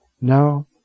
Now